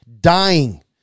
dying